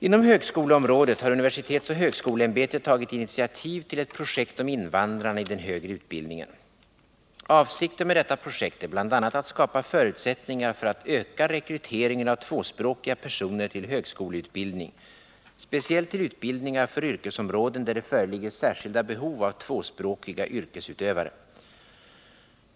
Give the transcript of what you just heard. Inom högskoleområdet har universitetsoch högskoleämbetet tagit initiativ till ett projekt om invandrarna i den högre utbildningen. Avsikten med detta projekt är bl.a. att skapa förutsättningar för att öka rekryteringen av tvåspråkiga personer till högskoleutbildning, speciellt till utbildningar för yrkesområden där det föreligger särskilda behov av tvåspråkiga yrkesutövare.